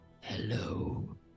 Hello